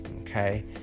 okay